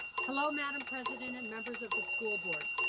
hello, madam president and members of the school board.